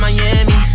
Miami